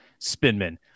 spinman